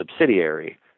subsidiary